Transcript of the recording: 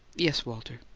yes, walter.